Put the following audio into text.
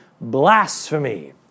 Blasphemy